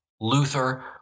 Luther